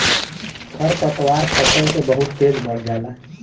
खरपतवार फसल से बहुत तेज बढ़ जाला